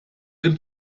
dem